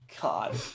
God